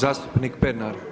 Zastupnik Pernar.